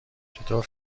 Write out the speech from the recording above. چطور